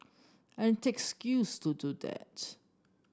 and takes skills to do that